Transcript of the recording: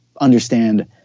understand